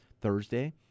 Thursday